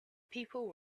people